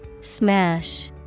Smash